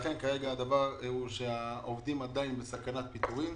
כרגע המצב הוא שהעובדים בסכנת פיטורים.